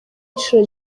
inshuro